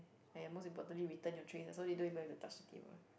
!aiya! most importantly return your trays lah so they don't even have to touch the table